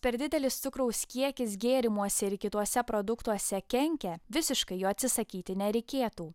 per didelis cukraus kiekis gėrimuose ir kituose produktuose kenkia visiškai jo atsisakyti nereikėtų